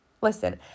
Listen